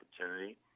opportunity